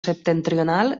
septentrional